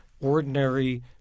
ordinary